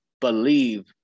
believe